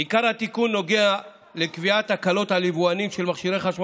עיקר התיקון נוגע לקביעת הקלות על יבואנים של מכשירי חשמל